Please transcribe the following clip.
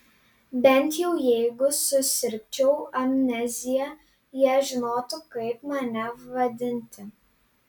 bent jau jeigu susirgčiau amnezija jie žinotų kaip mane vadinti